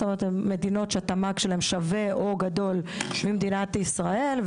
זאת אומרת שמדינות שהתמ"ג שלהם שווה או גדול ממדינת ישראל,